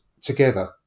together